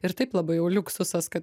ir taip labai jau liuksusas kad